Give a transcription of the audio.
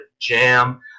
jam